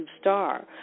star